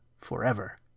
forever